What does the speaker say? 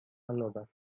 falować